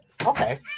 okay